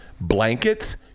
blankets